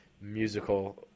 musical